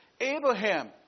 Abraham